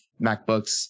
MacBooks